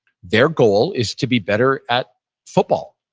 their goal is to be better at football.